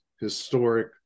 historic